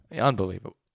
Unbelievable